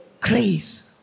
Grace